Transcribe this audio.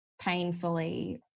painfully